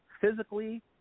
physically